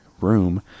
room